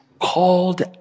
called